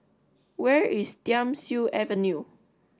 where is Thiam Siew Avenue